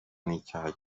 n’icyaha